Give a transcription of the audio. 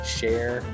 Share